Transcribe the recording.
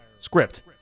script